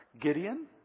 Gideon